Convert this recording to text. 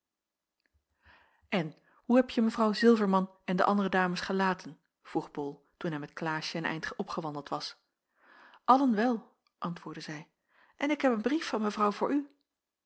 en hoe hebje mevrouw zilverman en de andere dames gelaten vroeg bol toen hij met klaasje een eind opgewandeld was allen wel antwoordde zij en ik heb een brief van mevrouw voor u